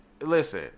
listen